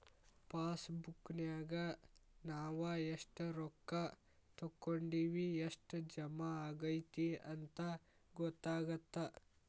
ಪಾಸಬುಕ್ನ್ಯಾಗ ನಾವ ಎಷ್ಟ ರೊಕ್ಕಾ ತೊಕ್ಕೊಂಡಿವಿ ಎಷ್ಟ್ ಜಮಾ ಆಗೈತಿ ಅಂತ ಗೊತ್ತಾಗತ್ತ